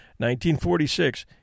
1946